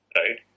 right